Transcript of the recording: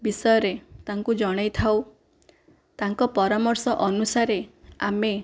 ବିଷୟରେ ତାଙ୍କୁ ଜଣେଇଥାଉ ତାଙ୍କ ପରାମର୍ଶ ଅନୁସାରେ ଆମେ